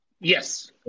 Yes